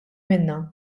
minnha